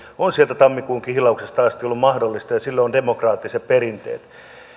on sieltä tammikuun kihlauksesta asti ollut mahdollista ja sille on demokraattiset perinteet